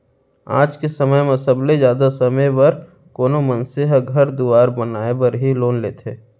आज के समय म सबले जादा समे बर कोनो मनसे ह घर दुवार बनाय बर ही लोन लेथें